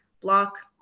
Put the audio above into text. block